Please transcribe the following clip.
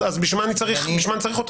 אז בשביל מה אני צריך אותן?